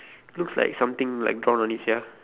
looks like something like drawn on it sia